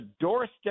doorstep